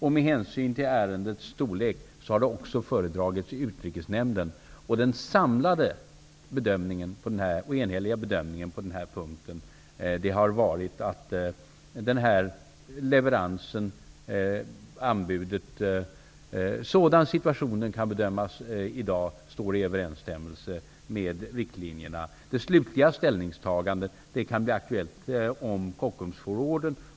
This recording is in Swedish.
Med hänsyn till ärendets storlek har det också föredragits i Utrikesnämnden. Den samlade och enhälliga bedömningen på denna punkt har varit att den här leveransen -- det här anbudet -- åtminstone som situationen kan bedömas i dag, står i överensstämmelse med riktlinjerna. Slutligt ställningstagande kan bli aktuellt om Kockums får ordern.